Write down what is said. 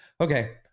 Okay